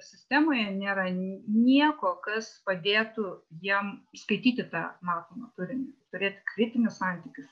sistemoje nėra nieko kas padėtų jiem skaityti tą matomą turinį turėti kritinius santykius